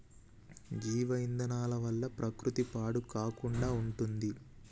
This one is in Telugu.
జీవ ఇంధనాల వల్ల ప్రకృతి పాడు కాకుండా ఉంటుంది